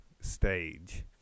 stage